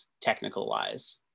technical-wise